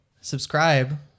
subscribe